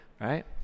right